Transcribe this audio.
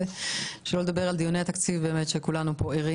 שלא לדבר על דיוני התקציב שכולנו פה ערים